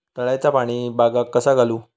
तळ्याचा पाणी बागाक कसा घालू?